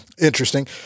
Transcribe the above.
interesting